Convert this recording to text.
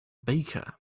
baker